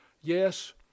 Yes